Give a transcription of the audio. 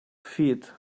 feet